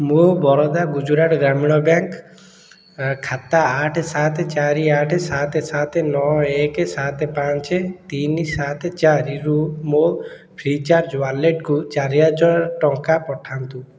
ମୋ ବରୋଦା ଗୁଜୁରାଟ ଗ୍ରାମୀଣ ବ୍ୟାଙ୍କ୍ ଖାତା ଆଠ ସାତ ଚାରି ଆଠ ସାତ ସାତ ନଅ ଏକ ସାତ ପାଞ୍ଚ ତିନି ସାତ ଚାରି ରୁ ମୋ ଫ୍ରି ଚାର୍ଜ୍ ୱାଲେଟ୍କୁ ଚାରି ଟଙ୍କା ପଠାନ୍ତୁ